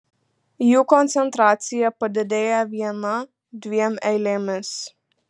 jų koncentracija padidėja viena dviem eilėmis